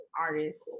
artists